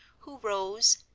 who rose,